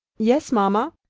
yes, mamma.